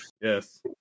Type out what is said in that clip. Yes